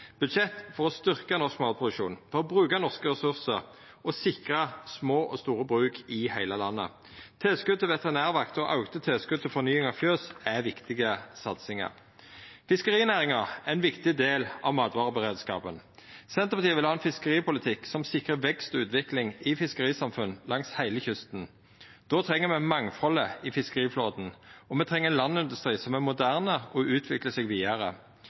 budsjett for å styrkja norsk matproduksjon, for å bruka norske ressursar og sikra små og store bruk i heile landet. Tilskot til veterinærvakt og auka tilskot til fornying av fjøs er viktige satsingar. Fiskerinæringa er ein viktig del av matvareberedskapen. Senterpartiet vil ha ein fiskeripolitikk som sikrar vekst og utvikling i fiskerisamfunn langs heile kysten. Då treng me mangfaldet i fiskeriflåten, og me treng ein landindustri som er moderne, og som utviklar seg vidare.